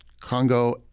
Congo